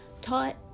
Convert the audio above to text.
taught